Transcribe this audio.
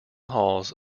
halls